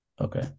Okay